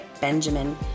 Benjamin